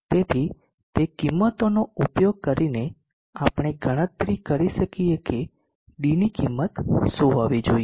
તેથી તે કિંમતોનો ઉપયોગ કરીને આપણે ગણતરી કરી શકીએ કે d ની કિંમત શું હોવી જોઈએ